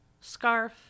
scarf